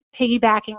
piggybacking